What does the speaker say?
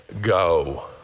go